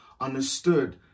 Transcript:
understood